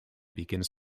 begins